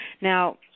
Now